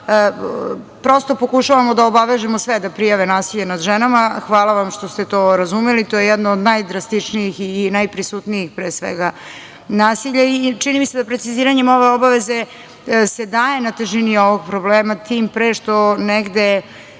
prosto pokušavamo da obavežemo sve da prijave nasilje nad ženama. Hvala vam što ste to razumeli, to je jedno od najdrastičnijih i najprisutnijih pre svega nasilja i čini mi se da preciziranjem ove obaveze se daje na težini ovog problema, tim pre što negde